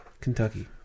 Kentucky